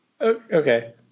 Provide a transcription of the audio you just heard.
Okay